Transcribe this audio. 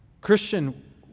Christian